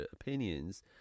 opinions